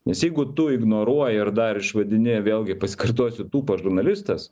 nes jeigu tu ignoruoji ir dar išvadini vėlgi pasikartosiu tūpas žurnalistas